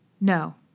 No